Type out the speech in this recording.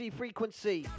frequency